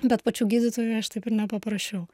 bet pačių gydytojų aš taip ir nepaprašiau